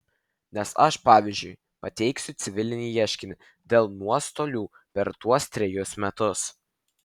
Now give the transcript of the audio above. nes aš pavyzdžiui pateiksiu civilinį ieškinį dėl nuostolių per tuos trejus metus